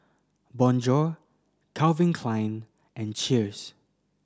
Bonjour Calvin Klein and Cheers